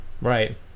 right